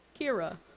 Kira